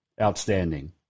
outstanding